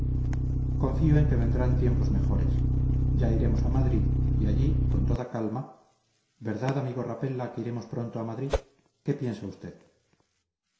confío en que vendrán tiempos mejores ya iremos a madrid y allí con toda calma verdad amigo rapella que iremos pronto a madrid qué piensa usted